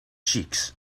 cheeks